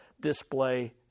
display